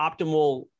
optimal